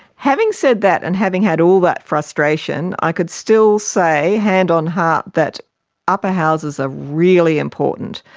having said that and having had all that frustration, i could still say, hand on heart, that upper houses are really important.